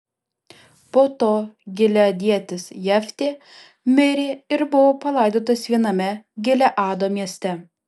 po to gileadietis jeftė mirė ir buvo palaidotas viename gileado mieste